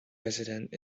resident